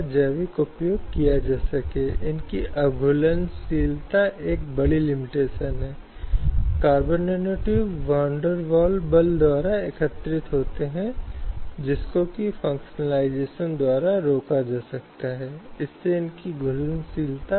संदर्भसमय को देखें 0930 अब इसलिए जब महिलाएं श्रम शक्ति या कार्यबल का हिस्सा हैं तो यह महत्वपूर्ण है कि उन्हें आवश्यक अधिकार सुनिश्चित किए जाएं जो कार्यस्थल पर उनके लिए महत्वपूर्ण हैं